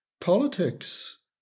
Politics